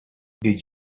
did